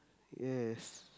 yes